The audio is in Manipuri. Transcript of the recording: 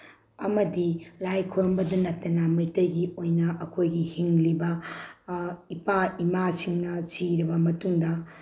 ꯑꯃꯗꯤ ꯂꯥꯏ ꯈꯨꯔꯨꯝꯕꯗ ꯅꯠꯇꯅ ꯃꯩꯇꯩꯒꯤ ꯑꯣꯏꯅ ꯑꯩꯈꯣꯏꯒꯤ ꯍꯤꯡꯂꯤꯕ ꯏꯄꯥ ꯏꯃꯥꯁꯤꯡꯅ ꯁꯤꯔꯕ ꯃꯇꯨꯡꯗ